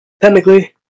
Technically